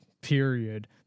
period